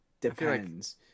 Depends